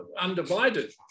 undivided